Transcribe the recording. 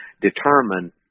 determine